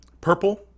Purple